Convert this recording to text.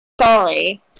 Sorry